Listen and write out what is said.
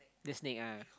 the snake ah